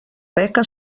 beca